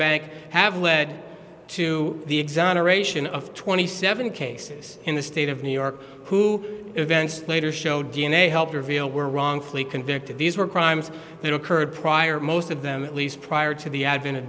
bank have led to the exoneration of twenty seven cases in the state of new york who events later showed d n a helped reveal were wrongfully convicted these were crimes that occurred prior most of them at least prior to the advent of